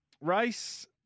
Race